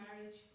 marriage